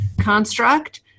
construct